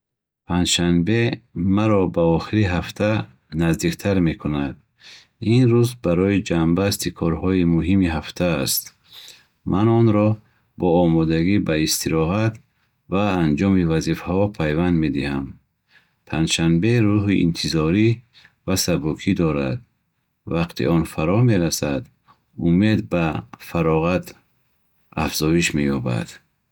Панҷшанбе маро ба охири ҳафта наздиктар мекунад. Ин рӯз барои ҷамъбасти корҳои муҳими ҳафта аст. Ман онро бо омодагӣ ба истироҳат ва анҷоми вазифаҳо пайванд медиҳам. Панҷшанбе рӯҳи интизорӣ ва сабукӣ дорад. Вақте он фаро мерасад, умед ба фароғат афзоиш меёбад.